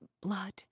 blood